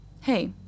hey